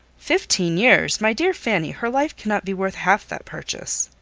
fifteen years! my dear fanny her life cannot be worth half that purchase.